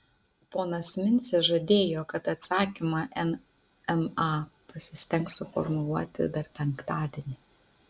ponas mincė žadėjo kad atsakymą nma pasistengs suformuluoti dar penktadienį